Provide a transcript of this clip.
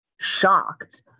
shocked